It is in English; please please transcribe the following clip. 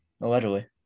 Allegedly